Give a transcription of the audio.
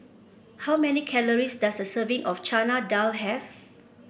how many calories does a serving of Chana Dal have